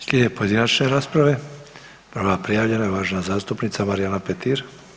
Slijede pojedinačne rasprave, prva prijavljena je uvažena zastupnica Marijana Petir.